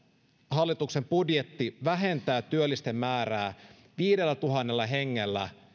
hallituksen budjetti vähentää työllisten määrää viidellätuhannella hengellä